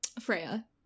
Freya